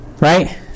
Right